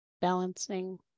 balancing